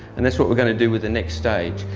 and that's what we're going to do with the next stage.